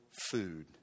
food